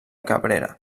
cabrera